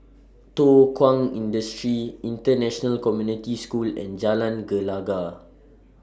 Thow Kwang Industry International Community School and Jalan Gelegar